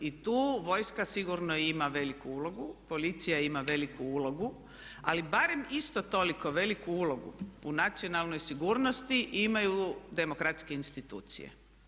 I tu vojska sigurno ima veliku ulogu, policija ima veliku ulogu ali barem isto toliko veliku ulogu u nacionalnoj sigurnosti imaju demokratske institucije.